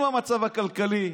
אם המצב הכלכלי